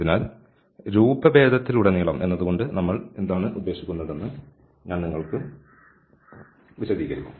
അതിനാൽ രൂപ ഭേദത്തിൽ ഉടനീളം എന്നതുകൊണ്ട് നമ്മൾ എന്താണ് ഉദ്ദേശിക്കുന്നതെന്ന് ഞാൻ നിങ്ങൾക്ക് വിശദീകരിക്കും